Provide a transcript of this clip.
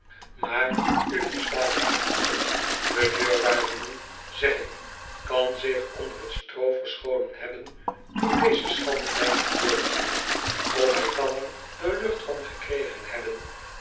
maar u verstaat t niet de deurwaarder nu zeg ik kan zich onder t stroo verscholen hebben toen deze schande mij te beurt viel of hij kan er de lucht van gekregen hebben